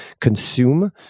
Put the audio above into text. consume